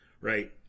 right